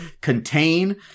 contain